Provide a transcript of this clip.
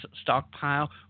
stockpile